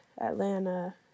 Atlanta